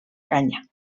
canya